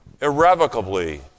irrevocably